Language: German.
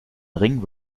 ring